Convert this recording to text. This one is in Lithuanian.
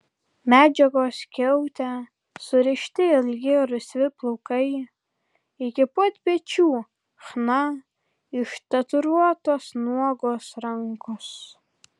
medžiagos skiaute surišti ilgi rusvi plaukai iki pat pečių chna ištatuiruotos nuogos rankos